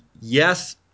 yes